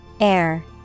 Air